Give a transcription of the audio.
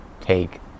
take